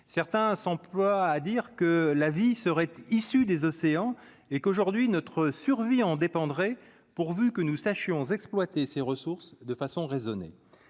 certains s'emploient à dire que la vie serait issu des océans et qu'aujourd'hui notre survie en dépendrait pourvu que nous sachions exploiter ses ressources de façon raisonnée,